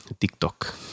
tiktok